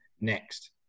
next